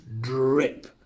drip